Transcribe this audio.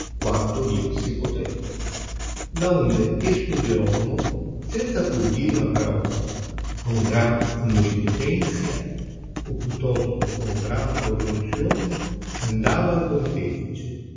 quanto dir si potrebbe laonde esso gierolomo senza pur dir una parola con gran onorifìcenzia più tosto con gran prosonzione andava al pontefice